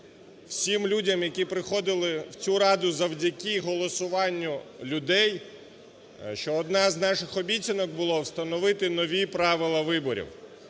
всім людям, які приходили в цю Раду завдяки голосуванню людей, що одна з наших обіцянок була – встановити нові правила виборів.